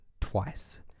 twice